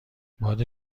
باد